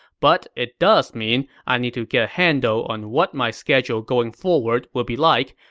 but it does mean i need to get a handle on what my schedule going forward will be like,